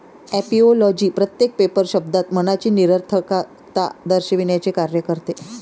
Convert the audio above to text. ऍपिओलॉजी प्रत्येक पेपर शब्दात मनाची निरर्थकता दर्शविण्याचे कार्य करते